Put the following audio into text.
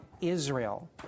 Israel